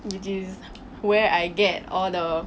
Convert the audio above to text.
which is where I get all the